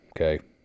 Okay